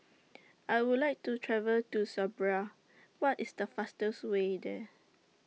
I Would like to travel to Serbia What IS The fastest Way There